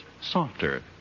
softer